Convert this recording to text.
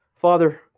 Father